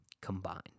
combined